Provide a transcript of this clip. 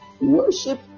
worship